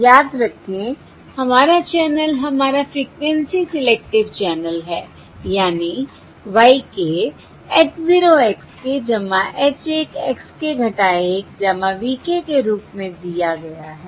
याद रखें हमारा चैनल हमारा फ़्रीक्वेंसी सेलेक्टिव चैनल है यानी y h x h x v के रूप में दिया गया है